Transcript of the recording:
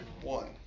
one